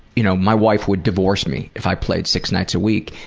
you know my wife would divorce me if i played six nights a week.